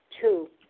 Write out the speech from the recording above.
Two